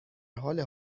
حال